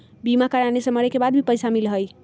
बीमा कराने से मरे के बाद भी पईसा मिलहई?